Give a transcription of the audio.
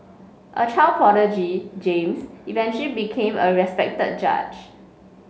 a child prodigy James eventually became a respected judge